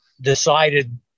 decided